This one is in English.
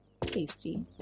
tasty